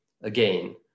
again